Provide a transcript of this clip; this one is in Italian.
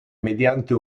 mediante